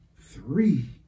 three